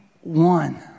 one